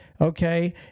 okay